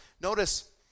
Notice